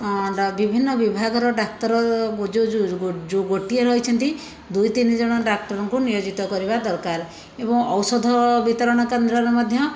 ଅ ବିଭିନ୍ନ ବିଭାଗର ଡ଼ାକ୍ତର ବୁ ଜୁ ଜୁ ଜୁ ଜୁ ଯେଉଁ ଗୋଟିଏ ରହିଛନ୍ତି ଦୁଇ ତିନି ଜଣ ଡ଼ାକ୍ତରଙ୍କୁ ନିୟୋଜିତ କରିବା ଦରକାର ଏବଂ ଔଷଧ ବିତରଣ କେନ୍ଦ୍ରରେ ମଧ୍ୟ